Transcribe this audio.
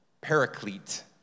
paraclete